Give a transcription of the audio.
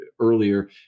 earlier